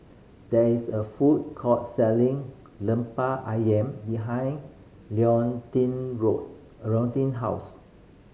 there is a food court selling Lemper Ayam behind Leontine Road Leontine house